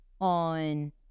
on